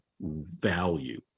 value